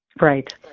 right